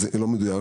זה לא מדויק.